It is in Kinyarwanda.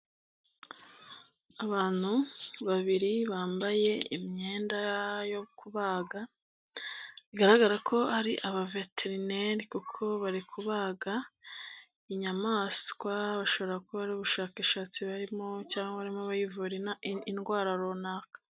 Abantu babiri bambaye imyenda yo kubaga, bigaragara ko ari aba veterineri kuko bari kubaga inyamaswa, bashobora kuba ari ubushakashatsi barimo cyangwa harimo abayivura indwara runaka